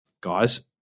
guys